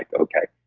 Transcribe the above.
like okay.